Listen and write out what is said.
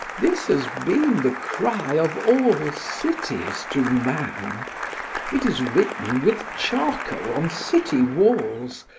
this has been the cry of all cities to man it is written with charcoal on city walls,